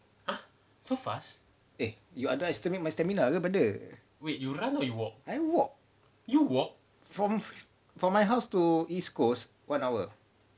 eh you underestimate my stamina ke brother I walk from from my house to east coast one hour